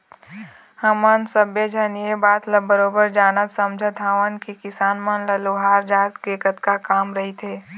हमन सब्बे झन ये बात ल बरोबर जानत समझत हवन के किसान मन ल लोहार जात ले कतका काम रहिथे